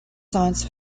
science